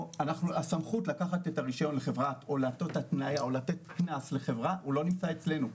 הסמכות לקחת את הרישיון לחברה או לתת קנס לחברה לא נמצא אצלנו.